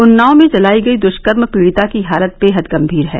उन्नाव में जलाई गई दुष्कर्म पीड़िता की हालत बेहद गंभीर है